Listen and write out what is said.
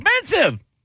expensive